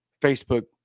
Facebook